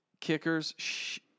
kickers